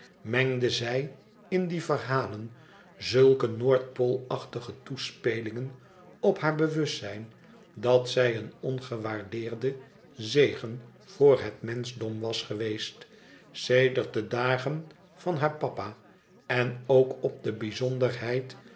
mengde zij in die verhalen zulke noordpoolachtige toespelingen op haar bewustzijn dat zij een ongewaardeerde zegen voor het roenschdom was geweest sedert de dagen van haar papa en ook op de bijzonderheid